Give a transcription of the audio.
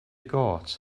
got